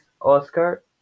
oscar